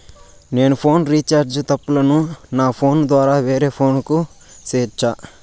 నేను phone recharge తప్పులను నా ఫోను ద్వారా వేరే ఫోను కు సేయొచ్చా?